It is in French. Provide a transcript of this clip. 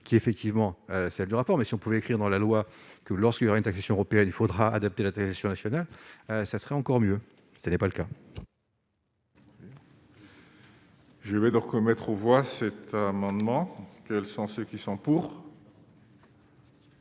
qui effectivement celle du rapport, mais si on pouvait écrire dans la loi que lorsqu'il y aura une taxation européenne, il faudra adapter la télévision nationale, ça serait encore mieux, ce n'est pas le cas. Je vais donc mettre aux voix, cet amendement, quels sont ceux qui sont pour.